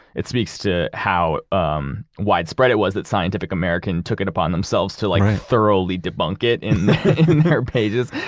it speaks to how um widespread it was, that scientific american took it upon themselves to like thoroughly debunk it in their pages.